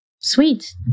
Sweet